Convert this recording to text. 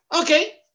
Okay